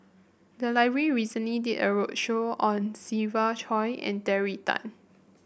the library recently did a roadshow on Siva Choy and Terry Tan